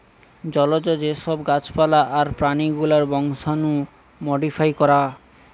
জলজ যে সব গাছ পালা আর প্রাণী গুলার বংশাণু মোডিফাই করা